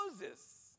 Moses